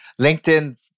LinkedIn